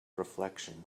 reflection